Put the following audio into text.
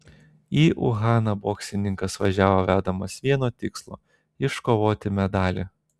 į uhaną boksininkas važiavo vedamas vieno tikslo iškovoti medalį